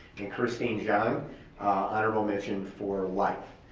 and christine john honorable mention for life.